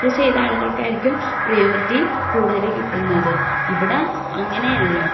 book ചെയ്ത ആളുകൾക്കായിരിക്കും priority കൂടുതൽ കിട്ടുന്നത് ഇവിടെ അങ്ങനെയല്ല